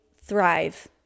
thrive